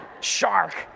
shark